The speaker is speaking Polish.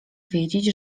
wiedzieć